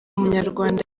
umunyarwanda